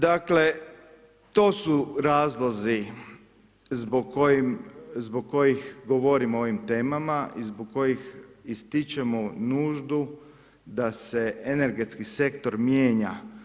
Dakle, to su razlozi zbog kojih govorim o ovim temama i zbog kojih ističemo nuždu da se energetski sektor mijenja.